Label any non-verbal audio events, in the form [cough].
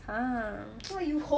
!huh! [noise]